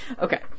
Okay